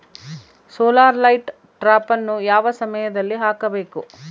Solar light ಟ್ರಾಪನ್ನು ಯಾವ ಸಮಯದಲ್ಲಿ ಹಾಕಬೇಕು?